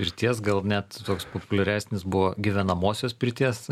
pirties gal net toks populiaresnis buvo gyvenamosios pirties